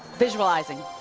visualizing.